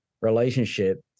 relationship